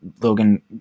Logan